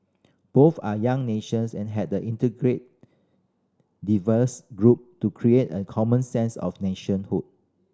both are young nations and had integrate diverse group to create a common sense of nationhood